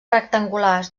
rectangulars